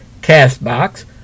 CastBox